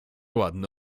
ładny